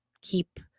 keep